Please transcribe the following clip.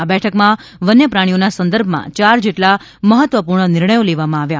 આ બેઠકમાં વન્ય પ્રાણીઓના સંદર્ભમાં ચાર જેટલા મહત્વપૂર્ણ નિર્ણયો લેવામાં આવ્યા